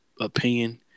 opinion